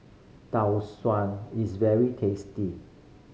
Tau Suan is very tasty